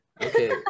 Okay